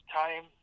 time